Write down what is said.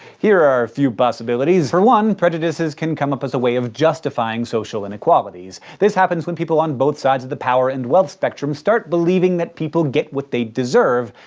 here are a few possibilities for one, prejudices can come up as a way of justifying social inequalities. this happens when people on both sides of the power and wealth spectrum start believing that people get what they deserve,